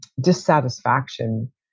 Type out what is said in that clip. dissatisfaction